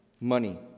Money